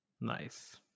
Nice